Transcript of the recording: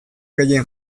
gehien